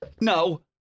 No